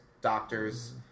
doctors